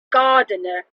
gardener